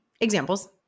Examples